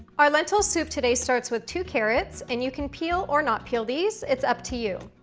our lentil soup today starts with two carrots, and you can peel or not peel these, it's up to you,